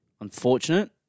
Unfortunate